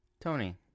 Tony